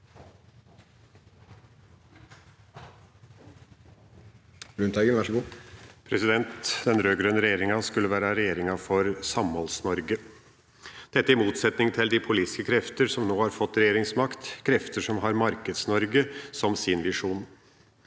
Lundteigen (Sp) Den rød-grøn- ne regjeringa skulle være regjeringa for Samholds-Norge, i motsetning til de politiske krefter som nå har fått regjeringsmakt, krefter som har Markeds-Norge som sin visjon.